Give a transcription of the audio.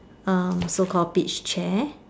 uh so called beach chair